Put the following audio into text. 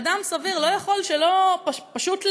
אדם סביר לא יכול שלא להירתע.